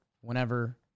Whenever